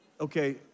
Okay